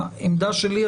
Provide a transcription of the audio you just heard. העמדה שלי,